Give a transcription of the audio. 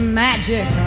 magic